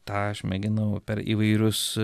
tą aš mėginau per įvairius